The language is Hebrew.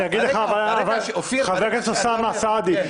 --- חבר הכנסת אוסאמה סעדי,